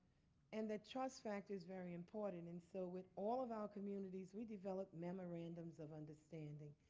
and the trust factor is very important. and so with all of our communities we develop memorandums of understanding.